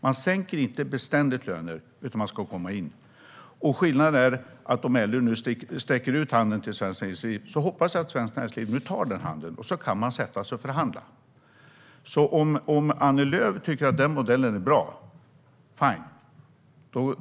Man sänker inte beständigt löner, utan det ska gå att komma in, och om LO nu sträcker ut handen till Svenskt Näringsliv hoppas jag att Svenskt Näringsliv tar den så att man kan sätta sig och förhandla. Om Annie Lööf tycker att den modellen är bra - fine!